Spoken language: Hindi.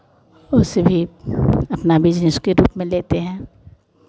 उसे भी अपना बिज़नेस के रूप में लेते हैं